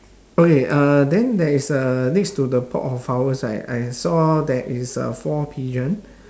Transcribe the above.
okay uh then there is uh next to the pot of flowers right I saw there is uh four pigeon